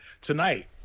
tonight